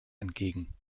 entgegen